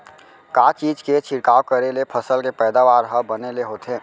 का चीज के छिड़काव करें ले फसल के पैदावार ह बने ले होथे?